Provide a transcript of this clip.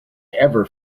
ever